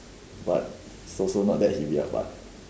but is also not that heavy lah but